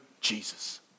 Jesus